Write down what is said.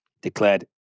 ...declared